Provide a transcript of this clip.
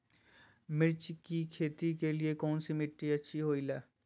मिर्च की खेती के लिए कौन सी मिट्टी अच्छी होईला?